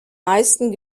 meisten